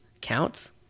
counts